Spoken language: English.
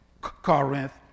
Corinth